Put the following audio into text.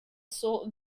sole